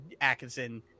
Atkinson